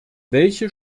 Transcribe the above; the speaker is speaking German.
welche